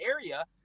area